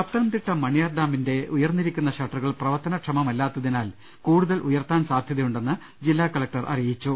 പത്തനംതിട്ട മണിയാർ ഡാമിന്റെ ഉയർന്നിരിക്കുന്ന ഷട്ടറുകൾ പ്രവർത്തനക്ഷമമല്ലാത്തിനാൽ കൂടുതൽ ഉയർത്താൻ സാധ്യതയുണ്ടെന്ന് ജില്ലാ കലക്ടർ അറിയിച്ചു